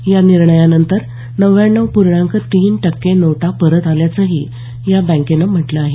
या निर्णयानंतर नव्व्याण्णव पूर्णांक तीन टक्के नोटा परत आल्याचंही या बँकेनं म्हटलं आहे